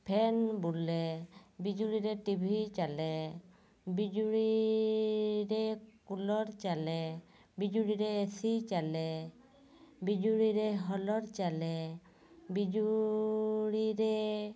ଫେନ୍ ବୁଲେ ବିଜୁଳିରେ ଟିଭି ଚାଲେ ବିଜୁଳି ରେ କୁଲର୍ ଚାଲେ ବିଜୁଳିରେ ଏ ସି ଚାଲେ ବିଜୁଳିରେ ହଲର୍ ଚାଲେ ବିଜୁଳିରେ